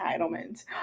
entitlement